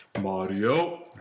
Mario